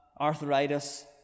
arthritis